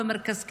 במרכז קליטה?